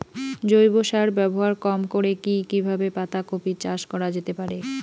জৈব সার ব্যবহার কম করে কি কিভাবে পাতা কপি চাষ করা যেতে পারে?